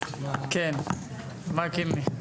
כן, מר קינלי.